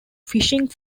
fishing